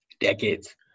Decades